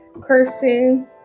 cursing